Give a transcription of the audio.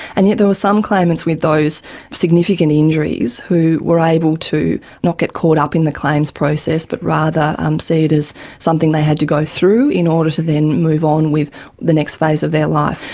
and yet there were some claimants with those significant injuries who were able to not get caught up in the claims process but rather um see it as something they had to go through in order to then move on with the next phase of their life.